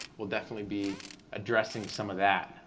we'll definitely be addressing some of that.